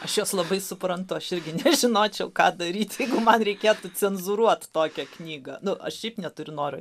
aš jos labai suprantu aš irgi žinočiau ką daryti jeigu man reikėtų cenzūruoti tokią knygą nu aš šiaip neturiu noro